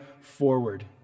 forward